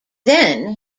then